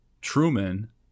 Truman